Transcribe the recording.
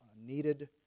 needed